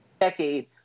decade